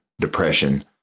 depression